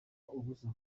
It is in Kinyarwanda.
ubusa